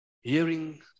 Hearing